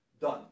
Done